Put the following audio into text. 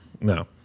no